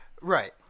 right